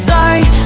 Sorry